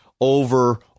over